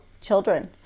children